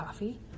Coffee